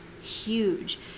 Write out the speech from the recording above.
huge